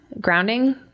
Grounding